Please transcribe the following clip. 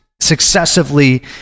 successively